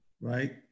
right